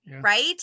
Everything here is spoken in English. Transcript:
right